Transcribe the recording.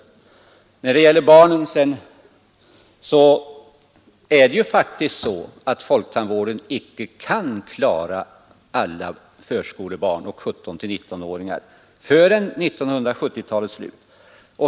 När det sedan gäller barnen är det ju faktiskt så att folktandvården icke kan klara alla förskolebarn och 17—19-åringar förrän vid 1970-talets slut.